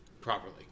properly